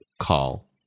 call